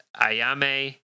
Ayame